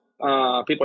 people